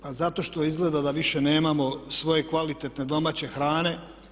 Pa zato što izgleda da više nemamo svoje kvalitetne domaće hrane.